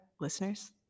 listeners